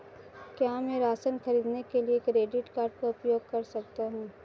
क्या मैं राशन खरीदने के लिए क्रेडिट कार्ड का उपयोग कर सकता हूँ?